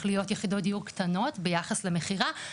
להיות יחידות דיור קטנות ביחס למכירה,